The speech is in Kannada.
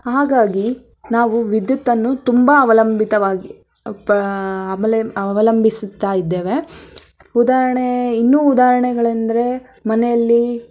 ಹಾಗಾಗಿ ನಾವು ವಿದ್ಯುತ್ತನ್ನು ತುಂಬ ಅವಲಂಬಿತವಾಗಿ ಬ ಅವಲಂಬ ಅವಲಂಬಿಸುತ್ತಾ ಇದ್ದೇವೆ ಉದಾಹರಣೆ ಇನ್ನೂ ಉದಾಹರಣೆಗಳೆಂದರೆ ಮನೆಯಲ್ಲಿ